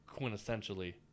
quintessentially